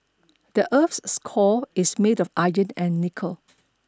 the earth's core is made of iron and nickel